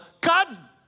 God